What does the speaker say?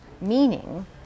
meaning